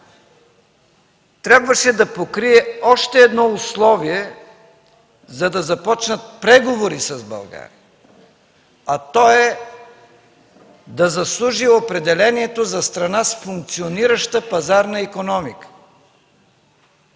трябваше да покрие още едно условие, за да започнат преговори с България, а то е „да заслужи определението за страна с функционираща пазарна икономика”.